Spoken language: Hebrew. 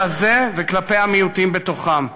זה לזה וכלפי המיעוטים בתוכם.